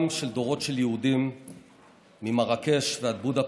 גנאי, לא מקלל, אומר את העובדות,